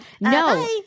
no